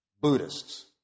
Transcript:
Buddhists